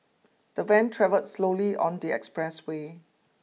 the van travelled slowly on the expressway